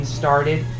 started